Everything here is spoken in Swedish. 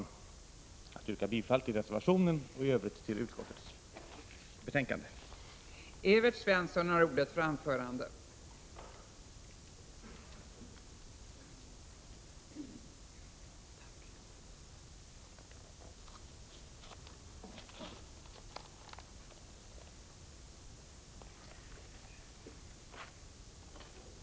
Jag ber att få yrka bifall till reservationen och i övrigt till utskottets hemställan.